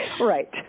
Right